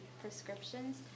prescriptions